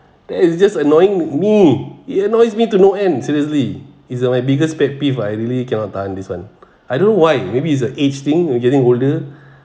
that is just annoying me it annoys me to no end seriously it's the my biggest pet peeve I really cannot tahan this one I don't know why maybe it's a age thing we're getting older